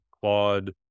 Claude